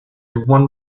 one